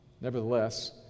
Nevertheless